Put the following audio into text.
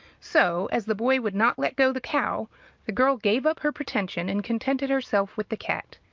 so, as the boy would not let go the cow, the girl gave up her pretension and contented herself with the cat.